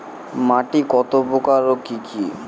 মাটি কতপ্রকার ও কি কী?